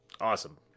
awesome